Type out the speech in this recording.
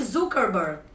Zuckerberg